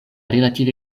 relative